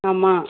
ஆமாம்